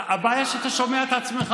הבעיה היא שאתה שומע רק את עצמך.